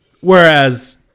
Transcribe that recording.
Whereas